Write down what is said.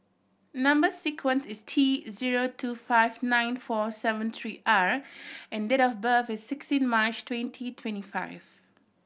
number sequence is T zero two five nine four seven three R and date of birth is sixteen March twenty twenty five